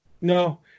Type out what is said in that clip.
No